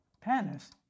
panis